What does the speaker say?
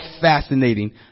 fascinating